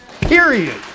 Period